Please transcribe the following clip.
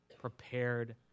prepared